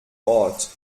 ort